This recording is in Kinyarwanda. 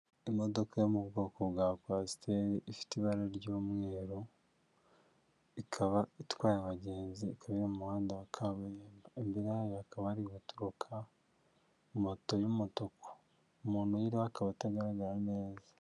Imodoka yo mu bwoko bwa Kwasiteri ifite ibara ry'umweru, ikaba itwaye abagenzi ikaba iri mu muhanda wa kaburimbo. Imbere yayo hakaba hari guturuka moto y'umutuku; umuntu uyiriho akaba atagaragara neza.